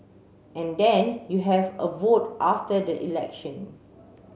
and then you have a vote after the election